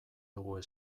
dugu